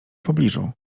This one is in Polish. pobliżu